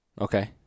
Okay